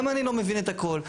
גם אני לא מבין את הכל.